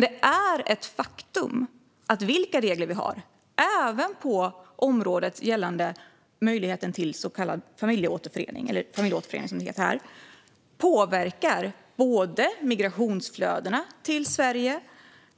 Det är dock ett faktum att vilka regler vi har, även gällande möjligheten till så kallad familjeåterförening, påverkar både migrationsflödena till Sverige,